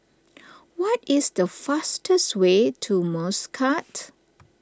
what is the fastest way to Muscat